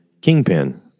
Kingpin